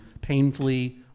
painfully